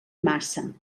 massa